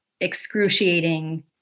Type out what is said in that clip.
excruciating